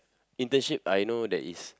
internship I know there is